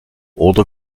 oder